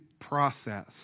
process